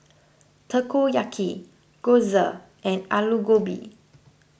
Takoyaki Gyoza and Alu Gobi